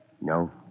No